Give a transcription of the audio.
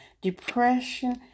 depression